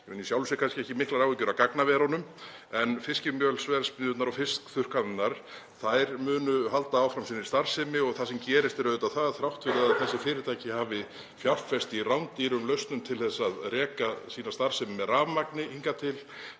Ég hef í sjálfu sér kannski ekki miklar áhyggjur af gagnaverunum en fiskimjölsverksmiðjurnar og fiskþurrkanirnar munu halda áfram sinni starfsemi. Það sem gerist er auðvitað það að þrátt fyrir að þessi fyrirtæki hafi fjárfest í rándýrum lausnum til að reka sína starfsemi með rafmagni hingað til